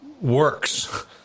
works